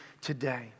today